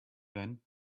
then